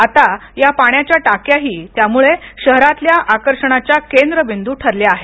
आता या पाण्याच्या टाक्याही त्यामुळे शहरातल्या आकर्षणाच्या केंद्रबिंदू ठरल्या आहेत